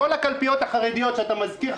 בכל הקלפיות החרדיות שאתה מזכיר,